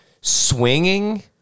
Swinging